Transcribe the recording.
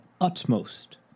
utmost